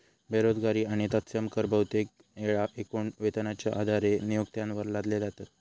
बेरोजगारी आणि तत्सम कर बहुतेक येळा एकूण वेतनाच्यो आधारे नियोक्त्यांवर लादले जातत